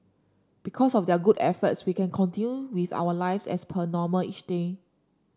because of their good efforts we can continue with our lives as per normal each day